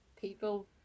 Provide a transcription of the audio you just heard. people